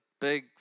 big